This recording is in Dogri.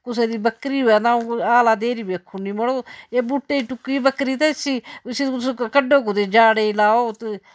कुसै दी बक्करी होऐ तां आ'ऊं आला देई बी आखूड़नी मड़ो एह् बूह्टें गी टुक्की ई बक्करी ते इसी इसी तुस कड्ढो कुतै जाड़े'ई लाओ तुस